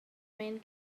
main